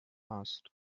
passt